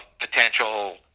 potential